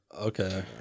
Okay